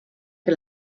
que